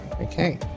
Okay